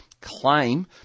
claim